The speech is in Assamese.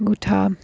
গোঁঠা